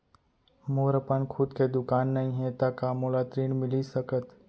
मोर अपन खुद के दुकान नई हे त का मोला ऋण मिलिस सकत?